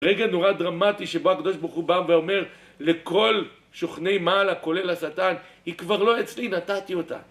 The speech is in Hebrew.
רגע נורא דרמטי שבו הקב"ה בא ואומר לכל שוכני מעלה כולל לשטן: היא כבר לא אצלי, נתתי אותה